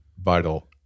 vital